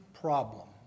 problem